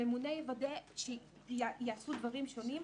הממונה יוודא שייעשו דברים שונים,